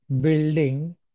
building